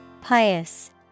Pious